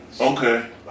Okay